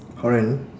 horror and